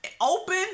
open